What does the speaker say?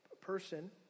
person